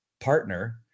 partner